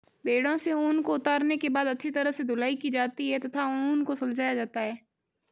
भेड़ों से ऊन को उतारने के बाद अच्छी तरह से धुलाई की जाती है तथा ऊन को सुलझाया जाता है